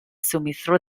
suministro